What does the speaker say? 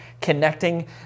connecting